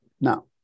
Now